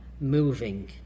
moving